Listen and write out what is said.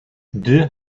deux